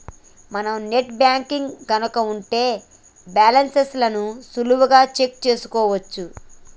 మనం net banking గనక ఉంటే బ్యాలెన్స్ ని సులువుగా చెక్ చేసుకోవచ్చు